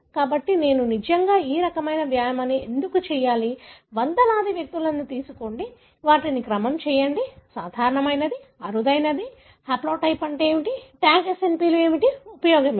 కాబట్టి నేను నిజంగా ఈ రకమైన వ్యాయామం ఎందుకు చేయాలి వందలాది వ్యక్తులను తీసుకోండి వాటిని క్రమం చేయండి సాధారణమైనది అరుదైనది హాప్లోటైప్ అంటే ఏమిటి ట్యాగ్ SNP లు ఏమిటి ఉపయోగం ఏమిటి